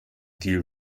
deal